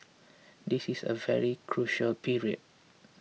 this is a very crucial period